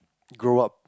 grow up